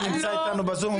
הוא נמצא איתנו בזום,